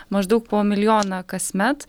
maždaug po milijoną kasmet